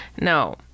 no